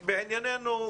לענייננו.